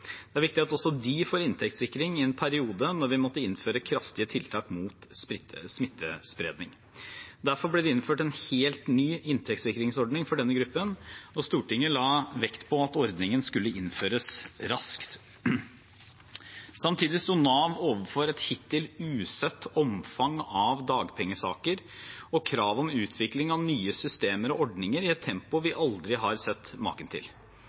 Det er viktig at også de får inntektssikring i en periode da vi måtte innføre kraftige tiltak mot smittespredning. Derfor ble det innført en helt ny inntektssikringsordning for denne gruppen, og Stortinget la vekt på at ordningen skulle innføres raskt. Samtidig sto Nav overfor et hittil usett omfang av dagpengesaker og krav om utvikling av nye systemer og ordninger i et tempo vi aldri har sett maken til.